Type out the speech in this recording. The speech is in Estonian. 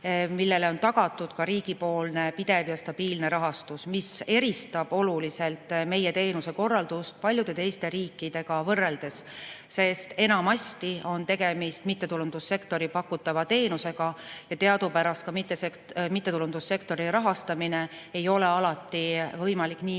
millele on tagatud ka riigipoolne pidev ja stabiilne rahastus, mis eristab oluliselt meie teenuse korraldust paljude teiste riikide omast. [Teistes riikides] on enamasti tegemist mittetulundussektori pakutava teenusega ja teadupärast ei ole mittetulundussektori rahastamist alati võimalik nii